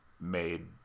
made